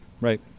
Right